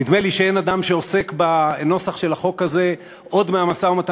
נדמה לי שאין אדם שעוסק בנוסח של החוק הזה עוד מהמשא-ומתן